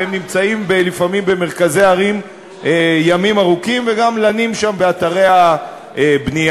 והם נמצאים לפעמים במרכזי הערים ימים ארוכים וגם לנים שם באתרי הבנייה.